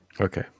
okay